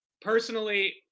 personally